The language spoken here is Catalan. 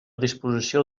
disposició